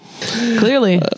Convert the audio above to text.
Clearly